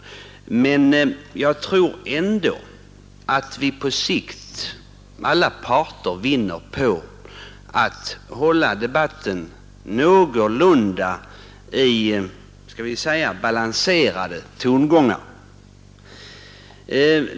Men jag tror ändå att alla parter på sikt vinner på att debatten förs med någorlunda balanserade tongångar.